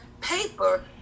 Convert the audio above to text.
paper